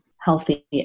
healthy